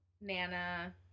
Nana